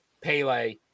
Pele